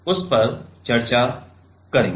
अब हम चर्चा करेंगे